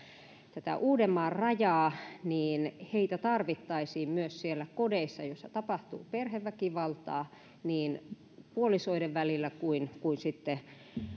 uudenmaan rajaa niin heitä tarvittaisiin myös siellä kodeissa joissa tapahtuu perheväkivaltaa niin puolisoiden välillä kuin kuin sitten